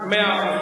מאה אחוז.